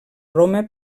roma